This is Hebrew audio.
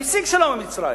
והשיג שלום עם מצרים.